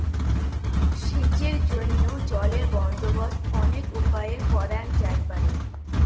সেচের জইন্যে জলের বন্দোবস্ত অনেক উপায়ে করাং যাইপারে